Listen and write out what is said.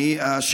אני שומעת מצוין.